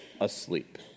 asleep